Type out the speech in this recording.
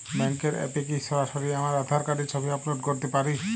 ব্যাংকের অ্যাপ এ কি সরাসরি আমার আঁধার কার্ডের ছবি আপলোড করতে পারি?